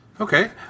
Okay